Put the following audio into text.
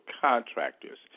contractors